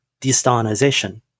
de-Stalinization